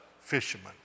fisherman